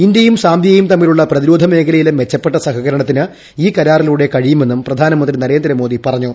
ഇന്ത്യയും സാംബിയയും തമ്മിലുളള പ്രതിരോധമേഖലയിലെ മെച്ചപ്പെട്ട സഹകരണത്തിന് ഈ കരാറിലൂടെ കഴിയുമെന്നും പ്രധാനമന്ത്രി നരേന്ദ്രമോദി പറഞ്ഞു